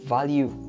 Value